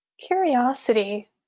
curiosity